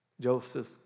Joseph